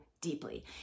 deeply